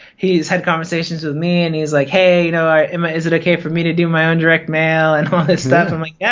he's had conversations with me and he is like hey, you know um is it okay for me to do my own direct-mail and this stuff? i'm like, yeah,